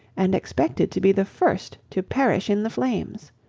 and expected to be the first to perish in the flames.